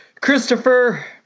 christopher